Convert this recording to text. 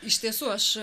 iš tiesų aš